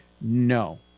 No